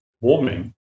warming